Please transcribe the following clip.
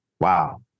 wow